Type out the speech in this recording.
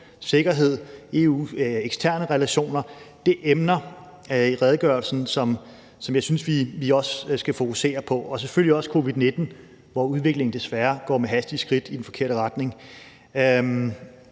sikkerhed, EU's eksterne relationer er emner i redegørelsen, som jeg synes vi også skal fokusere på – og selvfølgelig også covid-19, hvor udviklingen desværre går med hastige skridt i den forkerte retning.